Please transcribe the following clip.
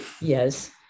yes